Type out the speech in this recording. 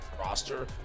roster